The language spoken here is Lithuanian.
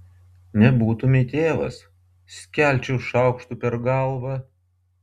nebūtumei tėvas skelčiau šaukštu per galvą